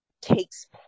takes